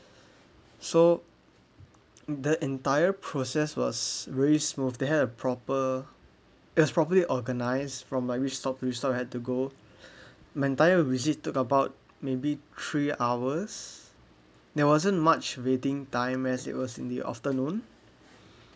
so the entire process was really smooth they had a proper it was properly organized from like which stop which stop I had to go my entire visit took about maybe three hours there wasn't much waiting time as it was in the afternoon